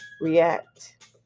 react